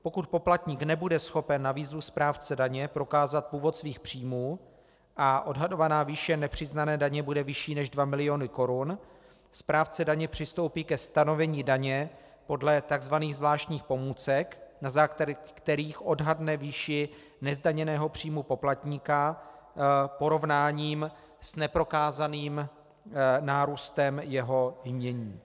Pokud poplatník nebude schopen na výzvu správce daně prokázat původ svých příjmů a odhadovaná výše nepřiznané daně bude vyšší než 2 mil. korun, správce daně přistoupí ke stanovení daně podle tzv. zvláštních pomůcek, na základě kterých odhadne výši nezdaněného příjmu poplatníka porovnáním s neprokázaným nárůstem jeho jmění.